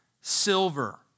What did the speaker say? silver